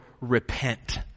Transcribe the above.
repent